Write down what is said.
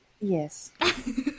Yes